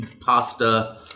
Pasta